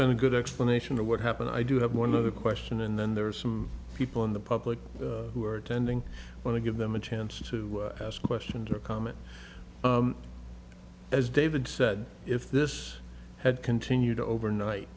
been a good explanation of what happened i do have one other question and then there are some people in the public who are attending want to give them a chance to ask questions or comment as david said if this had continued overnight